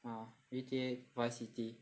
uh G_T_A Vice City